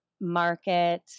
market